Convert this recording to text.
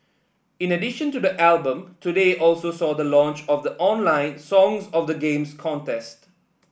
in addition to the album today also saw the launch of the online Songs of the Games contest